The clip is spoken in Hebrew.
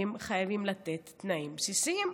שחייבים לתת להם תנאים בסיסיים.